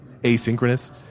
asynchronous